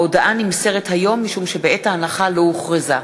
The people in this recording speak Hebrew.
ההודעה נמסרת היום משום שבעת ההנחה היא לא הוכרזה.